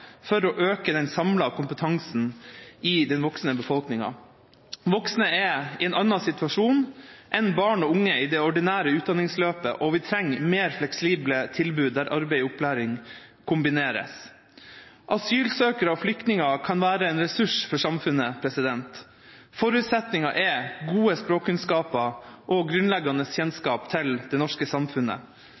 for å øke den samlede kompetansen i den voksne befolkningen. Voksne er i en annen situasjon enn barn og unge i det ordinære utdanningsløpet, og vi trenger mer fleksible tilbud der arbeid og opplæring kombineres. Asylsøkere og flyktninger kan være en ressurs for samfunnet. Forutsetningen er gode språkkunnskaper og grunnleggende kjennskap til det norske samfunnet.